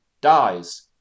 dies